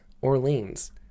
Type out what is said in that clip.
Orleans